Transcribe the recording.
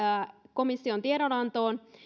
komission tiedonantoon